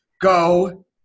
go